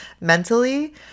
mentally